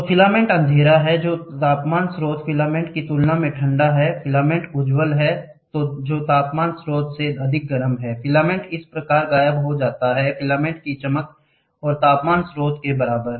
तो फिलामेंट अंधेरा है जो तापमान स्रोत फिलामेंट की तुलना में ठंडा है फिलामेंट उज्ज्वल है जो तापमान स्रोत से अधिक गर्म है फिलामेंट इस प्रकार गायब हो जाता है फिलामेंट की चमक और तापमान स्रोत के बराबर